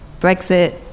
Brexit